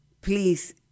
Please